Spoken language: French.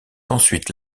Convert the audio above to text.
ensuite